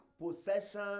possession